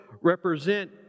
represent